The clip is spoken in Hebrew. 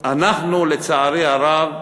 אנחנו, לצערי הרב,